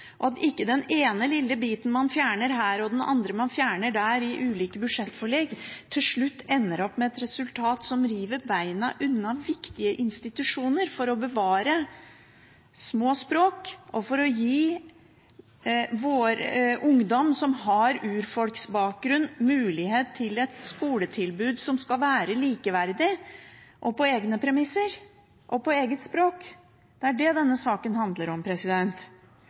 at ikke den ene lille biten man fjerner her, og den andre man fjerner der, i ulike budsjettforlik, til slutt ender opp med et resultat som river beina vekk under viktige institusjoner som skal bevare små språk og gi ungdom som har urfolksbakgrunn, mulighet til et likeverdig skoletilbud på egne premisser og på eget språk. Det er det denne saken handler om.